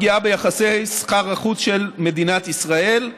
פגיעה ביחסי סחר החוץ של מדינת ישראל: